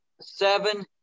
seven